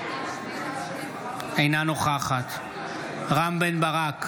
אינה נוכחת רם בן ברק,